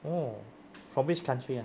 oh form which country ah